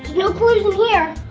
no clues in here.